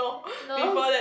no